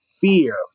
fear